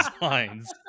lines